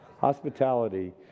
Hospitality